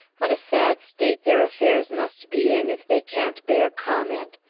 what a sad state their affairs must be in, if they can't bear comment.